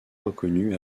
reconnu